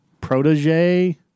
protege